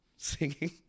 singing